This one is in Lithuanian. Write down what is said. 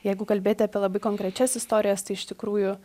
jeigu kalbėt apie labai konkrečias istorijas tai iš tikrųjų